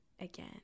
again